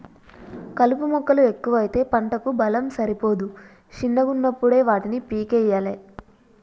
కలుపు మొక్కలు ఎక్కువైతే పంటకు బలం సరిపోదు శిన్నగున్నపుడే వాటిని పీకేయ్యలే